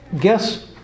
guess